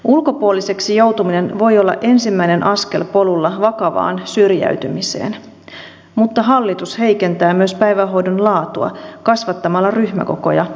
ulkopuoliseksi joutuminen voi olla ensimmäinen askel polulla vakavaan syrjäytymiseen mutta hallitus heikentää myös päivähoidon laatua kasvattamalla ryhmäkokoja asetuksella